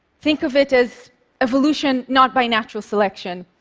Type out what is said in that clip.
think of it as evolution not by natural selection,